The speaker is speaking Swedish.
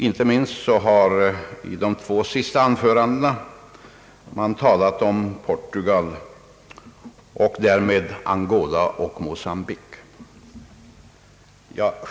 Inte minst har i de två senaste anförandena talats om Portugal och därmed Angola och Mocambique.